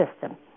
system